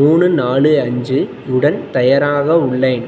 மூணு நாலு அஞ்சு உடன் தயாராக உள்ளேன்